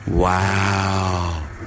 Wow